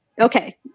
okay